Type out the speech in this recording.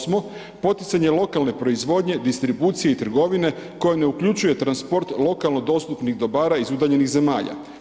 Osmo, poticanje lokalne proizvodnje, distribucije i trgovine koja ne uključuje transport lokalno dostupnih dobara iz udaljenih zemalja.